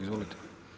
Izvolite.